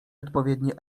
odpowiednie